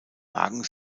wagen